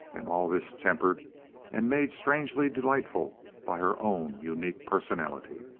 and all this tempered and made strangely delightful by her own unique personality.